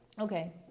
okay